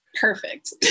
Perfect